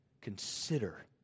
Consider